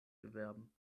bewerben